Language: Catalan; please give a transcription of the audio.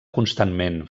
constantment